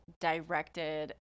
directed